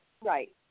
Right